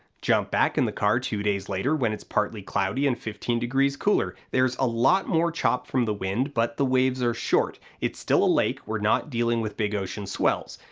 jump back in the car two days later, when it's partly cloudy and fifteen degrees cooler. there's a lot more chop from the wind, but the waves are short. it's still a lake, we're not dealing with big ocean swells.